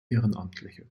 ehrenamtliche